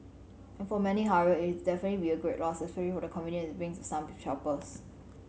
for many however it'll definitely be a great loss especially for the convenience it brings to some shoppers